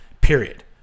period